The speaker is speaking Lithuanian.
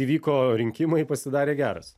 įvyko rinkimai pasidarė geras